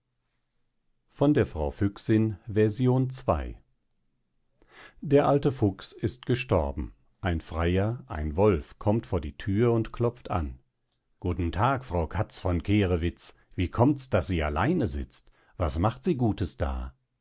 frau füchsin fort ii der alte fuchs ist gestorben ein freier ein wolf kommt vor die thür und klopft an guten tag frau katz von kehrewitz wie kommts daß sie alleine sitzt was macht sie gutes da